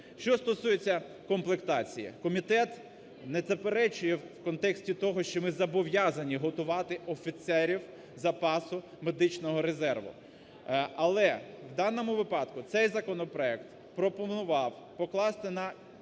що стосується комплектації, комітет не заперечує в контексті того, що ми зобов'язані готувати офіцерів запасу медичного резерву, але в даному випадку цей законопроект пропонував покласти на